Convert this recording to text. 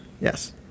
Yes